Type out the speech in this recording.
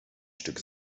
stück